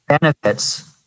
benefits